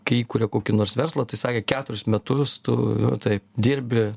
kai įkuria kokį nors verslą tai sakė keturis metus tu taip dirbi